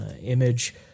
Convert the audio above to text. image